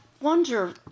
wonder